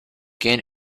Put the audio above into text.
gain